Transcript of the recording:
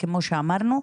כמו שאמרנו,